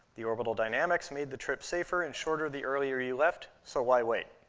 the orbital dynamics made the trip safer and shorter the earlier you left, so why wait?